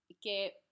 que